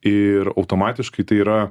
ir automatiškai tai yra